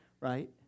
right